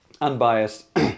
unbiased